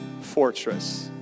fortress